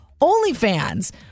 OnlyFans